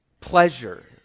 pleasure